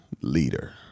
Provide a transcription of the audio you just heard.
Leader